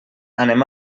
anem